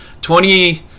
Twenty